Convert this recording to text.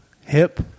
hip